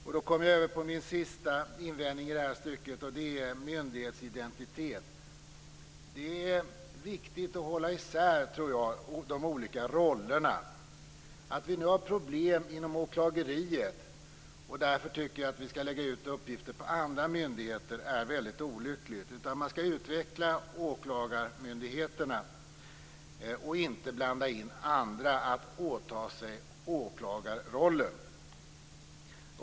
Jag kommer nu in på min sista invändning i denna fråga, nämligen om myndighetsidentitet. Jag tror att det är viktigt att hålla isär de olika rollerna. Att vi nu har problem inom åklageriet och därför skall lägga ut uppgifter på andra myndigheter tycker jag är väldigt olyckligt. Jag tycker att man skall utveckla åklagarmyndigheterna och inte blanda in andra att åta sig åklagarrollen.